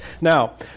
Now